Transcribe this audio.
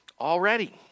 Already